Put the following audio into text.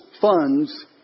funds